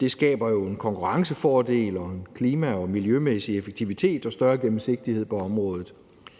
Det skaber jo en konkurrencefordel og en klima- og miljømæssig effektivitet og større gennemsigtighed på området.